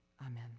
Amen